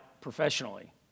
professionally